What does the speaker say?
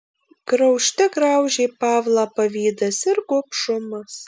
graužte graužė pavlą pavydas ir gobšumas